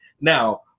Now